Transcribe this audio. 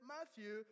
Matthew